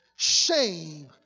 shame